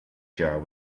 jar